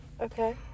Okay